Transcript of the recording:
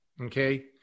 okay